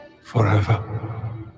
forever